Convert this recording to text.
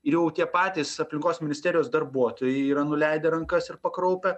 ir jau tie patys aplinkos ministerijos darbuotojai yra nuleidę rankas ir pakraupę